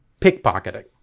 pickpocketing